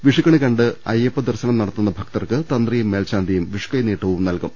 വിഷുക്കണി കണ്ട് അയ്യപ്പ ദർശനം നട ത്തുന്ന ഭക്തർക്ക് തന്ത്രിയും മേൽശാന്തിയും വിഷുക്കൈനീട്ടവും നൽകും